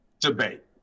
Debate